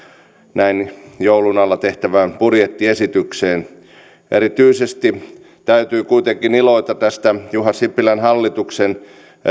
näin joulun alla tehtävään budjettiesitykseen erityisesti täytyy kuitenkin iloita tästä juha sipilän hallituksen